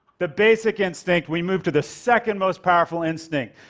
the basic instinct, we move to the second most powerful instinct,